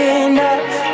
enough